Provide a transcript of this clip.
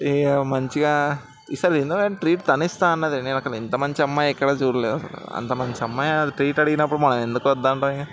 ఇక మంచిగా అసలు ఏందో కానీ ట్రీట్ తను ఇస్తా అన్నది నేను అసలు అంత మంచి అమ్మాయి ఎక్కడా చూడలేదు అసలు అంత మంచి అమ్మాయి ట్రీట్ అడిగినప్పుడు మనం ఎందుకు వద్దు అంటాం ఇక